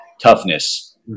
toughness